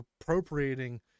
appropriating